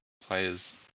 players